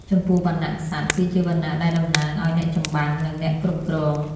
ចំពោះវណ្ណៈក្សត្រ គឺជាវណ្ណៈដែលតំណាងឲ្យអ្នកចម្បាំង និងអ្នកគ្រប់គ្រង។